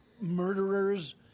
murderers